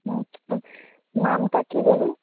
আচ্ছা তো নামটা কী বলুন